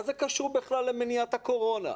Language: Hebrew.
מה זה קשור בכלל למניעת הקורונה?